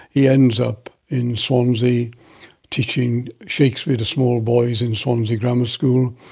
he ends up in swansea teaching shakespeare to small boys in swansea grammar school.